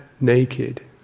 naked